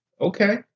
okay